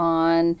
on